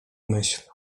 myśl